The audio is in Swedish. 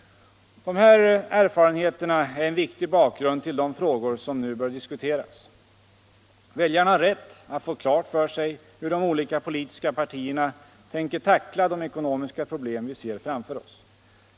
De här erfarenheterna är en viktig bakgrund till de frågor som nu bör diskuteras. Väljarna har rätt att få klart för sig hur de olika politiska partierna tänker tackla de ekonomiska problem vi ser framför oss.